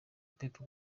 pep